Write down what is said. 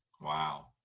Wow